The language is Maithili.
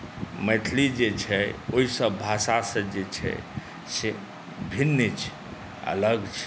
मैथिलीजे छै ओहिसभ भाषासँ जे छै से भिन्न छै अलग छै